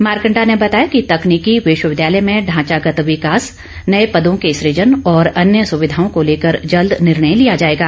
मारकंडा ने बताया कि तकनीकी विश्वविद्यालय में ढांचागत विकास नए पदों के सूजन और अन्य सुविधाओं को लेकर जल्द निर्णय लिया जाएगा